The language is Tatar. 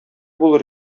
булыр